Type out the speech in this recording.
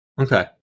Okay